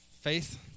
Faith